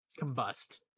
combust